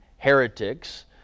Heretics